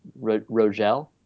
Rogel